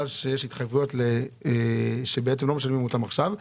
שיש התחייבויות שלא משלמים אותן עכשיו,